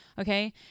Okay